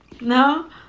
No